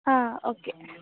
ആ ഓക്കെ